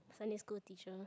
primary school teacher